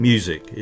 Music